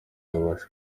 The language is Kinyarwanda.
abasha